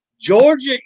Georgia